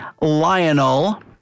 Lionel